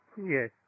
Yes